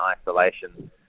isolation